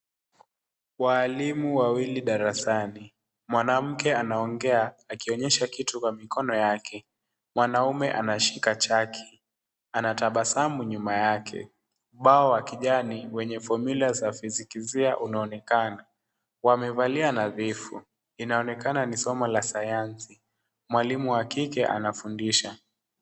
Walimu wawili darasani, mwanamke anaongea akionyesha kitu kwa mikono yake. Mwanaume anashika chaki, anatabasamu nyuma yake. Ubao wa kijani wenye fomula za fizikia unaonekana. Wamevalia nadhifu. Inaonekana ni somo la sayansi. Mwalimu wa kike anafundisha.